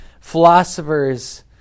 philosophers